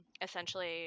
essentially